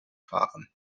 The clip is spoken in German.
fahren